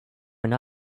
and